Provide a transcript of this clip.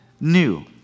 new